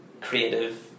creative